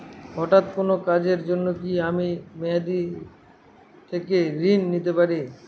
হঠাৎ কোন কাজের জন্য কি আমি মেয়াদী থেকে ঋণ নিতে পারি?